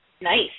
Nice